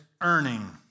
earning